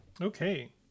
Okay